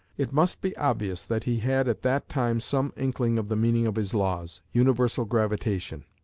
it must be obvious that he had at that time some inkling of the meaning of his laws universal gravitation.